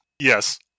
Yes